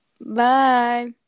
Bye